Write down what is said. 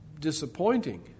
disappointing